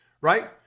right